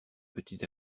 petits